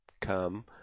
come